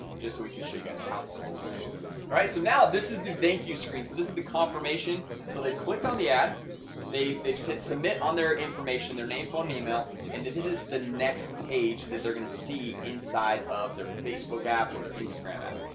just so we can show you guys how this all works. all right. so now this is the thank you screen so this is the confirmation so they clicked on the ad they they submit on their information their name phone email and this is the next page that they're gonna see inside of their facebook app or their instagram app.